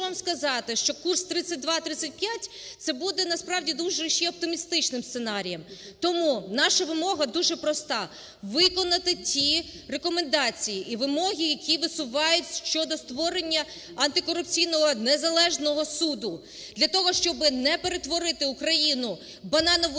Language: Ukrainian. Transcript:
вам сказати, що курс 32-35 це буде насправді буде ще оптимістичним сценарієм. Тому наша вимога дуже проста: виконати ті рекомендації і вимоги, які висувають щодо створення Антикорупційного незалежного суду для того, щоб не перетворити Україну в "бананову